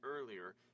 earlier